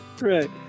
right